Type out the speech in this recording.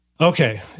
Okay